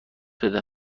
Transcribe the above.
بده